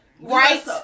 Right